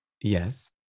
Yes